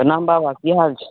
प्रणाम बाबा की हाल छै